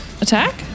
attack